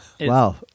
Wow